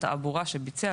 התעבורה שביצע,